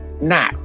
now